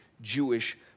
Jewish